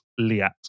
Liat